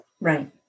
Right